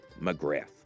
McGrath